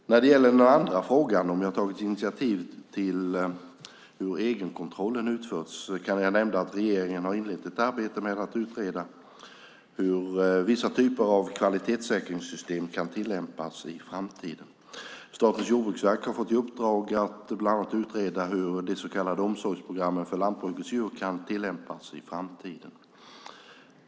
När det gäller den andra frågan, om jag avser att ta något initiativ som gäller hur egenkontrollen utförs, kan jag nämna att regeringen har inlett ett arbete med att utreda hur vissa typer av kvalitetssäkringssystem kan tillämpas i framtiden. Statens jordbruksverk har fått i uppdrag att bland annat utreda hur så kallade omsorgsprogram för lantbrukets djur kan tillämpas i framtiden.